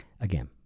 Again